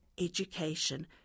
Education